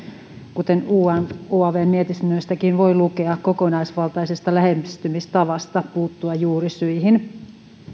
kuten uavn uavn mietinnöistäkin voi lukea kokonaisvaltaisesta lähestymistavasta puuttua juurisyihin